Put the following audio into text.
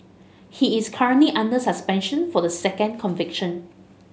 he is currently under suspension for the second conviction